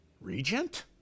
Regent